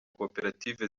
koperative